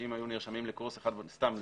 לשם דוגמה,